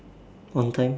on time